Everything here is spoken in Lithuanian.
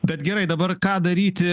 bet gerai dabar ką daryti